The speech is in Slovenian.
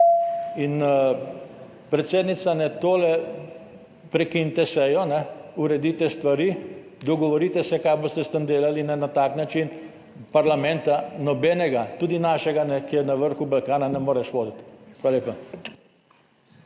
In predsednica, tole, prekinite sejo, uredite stvari, dogovorite se kaj boste s tem delali na tak način parlamenta nobenega, tudi našega, ki je na vrhu Balkana ne moreš voditi. Hvala lepa.